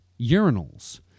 urinals